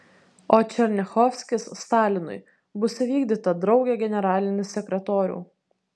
o černiachovskis stalinui bus įvykdyta drauge generalinis sekretoriau